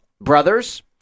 brothers